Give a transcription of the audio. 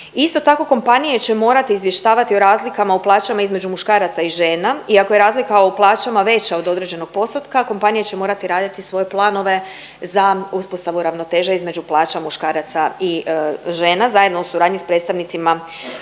Isto tako kompanije će morati izvještavati o razlikama u plaćama između muškaraca i žena i ako je razlika u plaćama veća od određenog postotka kompanije će morati raditi svoje planove za uspostavu ravnoteža između plaća muškaraca i žena zajedno u suradnji s predstavnicima